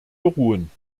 beruhen